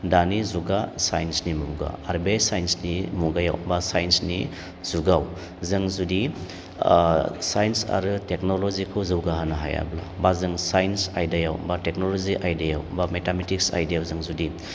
दानि जुगा साइन्सनि मुगा आरो बे साइन्सनि मुगायाव बा साइन्सनि जुगाव जों जुदि ओ साइन्स आरो टेक्नलजिखौ जौगाहोनो हायाब्ला बा जों साइन्स आयदायाव बा टेक्नलजि आयदायाव बा मेथामेटिक्स आयदायाव जों जुदि